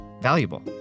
valuable